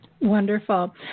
Wonderful